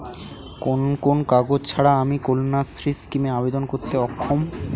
কোন কোন কাগজ ছাড়া আমি কন্যাশ্রী স্কিমে আবেদন করতে অক্ষম?